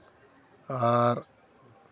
ᱟᱨ